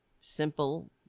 Simple